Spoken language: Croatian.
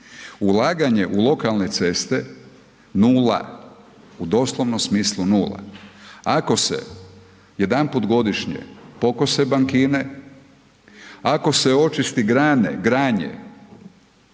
Ulaganje u lokalne ceste, nula, u doslovnom smislu nula. Ako se jedanput godišnje pokose bankine, ako se očisti granje